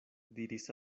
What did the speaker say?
diris